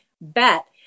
bet